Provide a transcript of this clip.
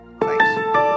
Thanks